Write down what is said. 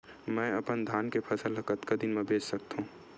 मैं अपन धान के फसल ल कतका दिन म बेच सकथो?